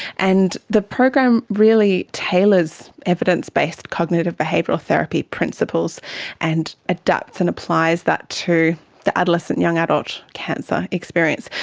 and the program really tailors evidence-based cognitive behavioural therapy principles and adapts and applies that to the adolescent young adult cancer experience.